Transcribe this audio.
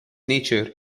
nature